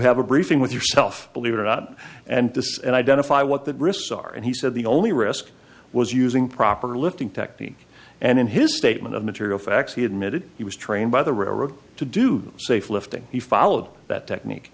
have a briefing with yourself believe it or not and disks and identify what the risks are and he said the only risk was using proper lifting technique and in his statement of material facts he admitted he was trained by the railroad to do safe lifting he followed that technique